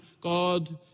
God